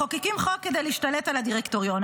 מחוקקים חוק כדי להשתלט על הדירקטוריון,